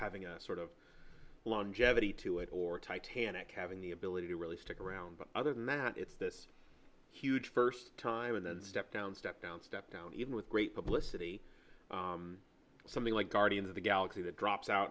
having a sort of longevity to it or titanic having the ability to really stick around but other than that it's this huge first time and then step down step down step down even with great publicity something like guardians of the galaxy that drops out